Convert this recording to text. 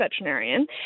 veterinarian